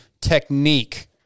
technique